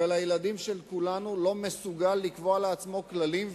ולילדים של כולנו לא מסוגל לקבוע לעצמו כללים,